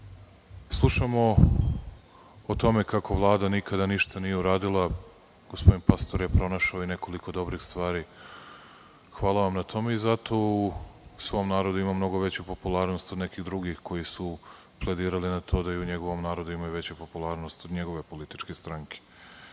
Slušamo o tome kako vlada nikada ništa nije uradila, gospodin Pastor je pronašao i nekoliko dobrih stvari. Hvala vam na tome. Zato u svom narodu ima mnogo veću popularnost od nekih drugih koji su pledirali na to da u njegovom narodu ima veću popularnost od njegove političke stranke. Želim